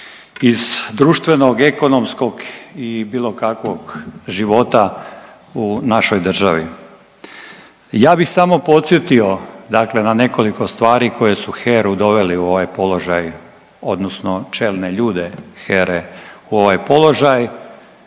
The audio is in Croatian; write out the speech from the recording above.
iz društvenog, ekonomskog i bilo kakvog života u našoj državi. Ja bih samo podsjetio dakle na nekoliko stvari koje su HERU doveli u ovaj položaj odnosno čelne ljude HERA-e u ovaj položaj.